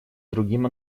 другим